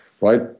Right